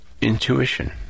intuition